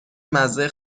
مزه